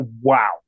wow